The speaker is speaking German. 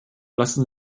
lassen